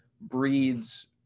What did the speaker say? breeds